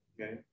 Okay